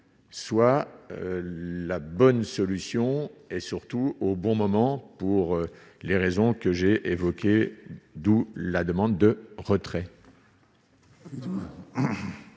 soit la bonne solution et surtout au bon moment pour les raisons que j'ai évoquée, d'où la demande de retrait.